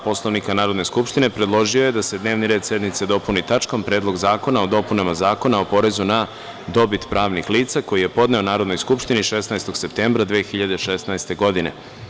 Poslovnika Narodne skupštine, predložio je da se dnevni red sednice dopuni tačkom – Predlog zakona o dopunama Zakona o porezu na dobit pravnih lica, koji je podneo Narodnoj skupštini 16. septembra 2016. godine.